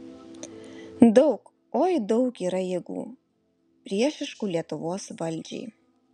daug oi daug yra jėgų priešiškų lietuvos valdžiai